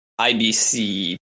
ibc